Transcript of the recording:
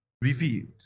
revealed